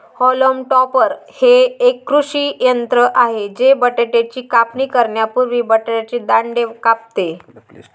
haulm topper हे एक कृषी यंत्र आहे जे बटाट्याची कापणी करण्यापूर्वी बटाट्याचे दांडे कापते